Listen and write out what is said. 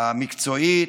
המקצועית,